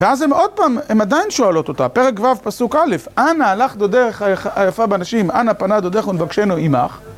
ואז הם עוד פעם, הם עדיין שואלות אותה, פרק ו' פסוק א', אנה הלך דודך היפה בנשים, אנה פנה דודך ונבקשנו עמך.